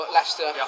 Leicester